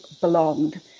belonged